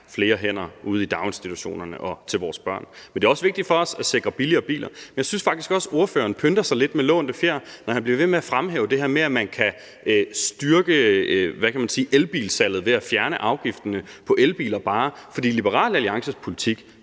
flere hænder ude i daginstitutionerne til vores børn. Men det er også vigtigt for os at sikre billigere biler. Jeg synes faktisk også, at ordføreren pynter sig lidt med lånte fjer, når han bliver ved med at fremhæve det her med, at man kan styrke elbilsalget ved bare at fjerne afgifterne på elbiler, fordi Liberal Alliances politik